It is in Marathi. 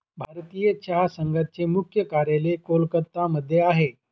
भारतीय चहा संघाचे मुख्य कार्यालय कोलकत्ता मध्ये आहे